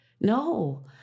No